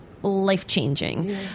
Life-changing